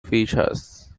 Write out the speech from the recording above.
features